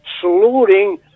saluting